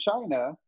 China